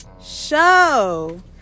show